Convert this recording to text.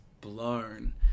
blown